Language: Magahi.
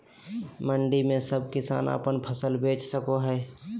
मंडी में सब किसान अपन फसल बेच सको है?